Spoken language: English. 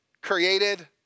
created